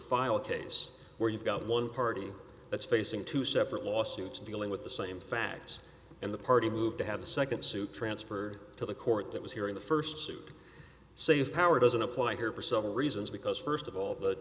file a case where you've got one party that's facing two separate lawsuits dealing with the same facts and the party moved to have the second suit transferred to the court that was here in the first suit save power doesn't apply here for several reasons because first of all the